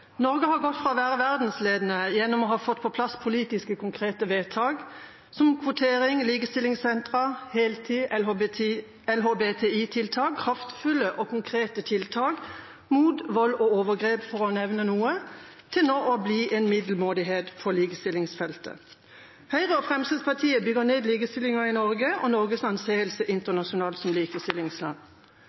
å være verdensledende gjennom å ha fått på plass politiske, konkrete vedtak, som kvotering, likestillingssentre, heltid, LHBTI-tiltak, kraftfulle og konkrete tiltak mot vold og overgrep, for å nevne noe, til nå å bli en middelmådighet på likestillingsfeltet. Høyre og Fremskrittspartiet bygger ned likestillingen i Norge og Norges anseelse internasjonalt som likestillingsland.